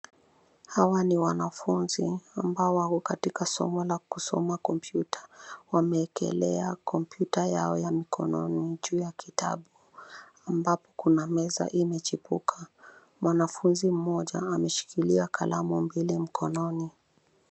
Hawa ni wanafunzi ambao wako katika somo la kusoma kompyuta. Wamewekelea kompyuta yao ya mkononi juu ya kitabu ambapo kuna meza imechipuka. Mwanafunzi mmoja ameshikilia kalamu mbili mkononi.